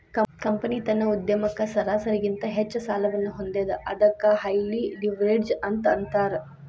company ತನ್ನ ಉದ್ಯಮಕ್ಕ ಸರಾಸರಿಗಿಂತ ಹೆಚ್ಚ ಸಾಲವನ್ನ ಹೊಂದೇದ ಅದಕ್ಕ ಹೈಲಿ ಲಿವ್ರೇಜ್ಡ್ ಅಂತ್ ಅಂತಾರ